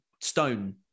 stone